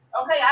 Okay